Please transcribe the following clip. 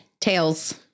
tails